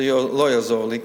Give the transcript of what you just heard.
זה לא יעזור לי,